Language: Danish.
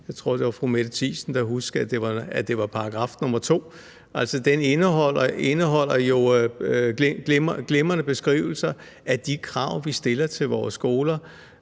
jeg tror, det var fru Mette Thiesen, der kunne huske, at det er § 1, stk. 2 – indeholder jo glimrende beskrivelser af de krav, vi stiller til vores skoler.